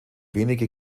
wenige